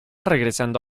regresando